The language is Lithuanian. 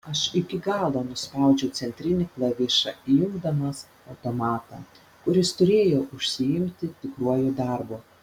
aš iki galo nuspaudžiau centrinį klavišą įjungdamas automatą kuris turėjo užsiimti tikruoju darbu